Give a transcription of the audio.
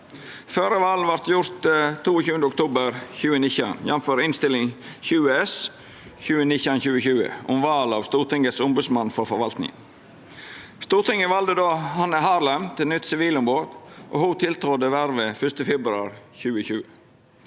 Førre val vart gjort 22. oktober 2019, jf. Innst. 20 S for 2019–2020 om val av Stortingets ombodsmann for forvaltninga. Stortinget valde då Hanne Harlem til nytt sivilombod, og ho tiltredde vervet 1. februar 2020.